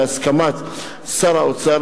בהסכמת שר האוצר,